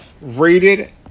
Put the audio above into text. rated